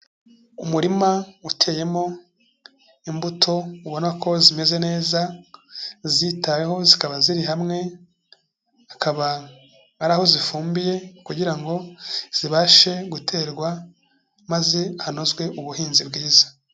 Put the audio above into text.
Umurima uteyemo imbuto ubona ko zimeze neza zitaweho zikaba ziri hamwe, hakaba ari aho zifumbiye kugira ngo zibashe guterwa maze hanozwe ubuhinzi bwiza.